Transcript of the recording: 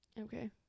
Okay